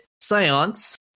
Seance